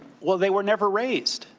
well, they were never raised.